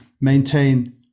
maintain